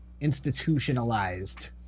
institutionalized